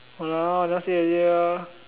!walao! last year already lor